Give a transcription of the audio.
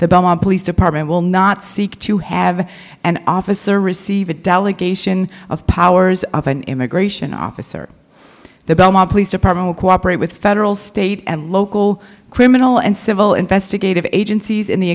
the beaumont police department will not seek to have an officer receive a delegation of powers of an immigration officer the belmont police department to cooperate with federal state and local criminal and civil investigative agencies in the